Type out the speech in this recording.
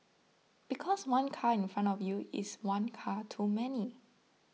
because one car in front of you is one car too many